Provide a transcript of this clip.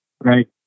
right